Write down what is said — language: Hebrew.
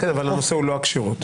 אבל הנושא הוא לא הכשירות.